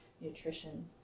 nutrition